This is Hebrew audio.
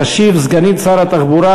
תשיב סגנית שר התחבורה,